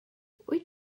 wyt